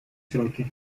сроки